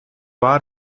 war